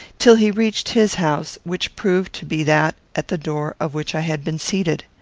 till he reached his house, which proved to be that at the door of which i had been seated.